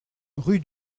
rue